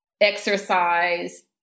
exercise